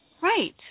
Right